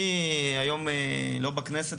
אני היום לא בכנסת,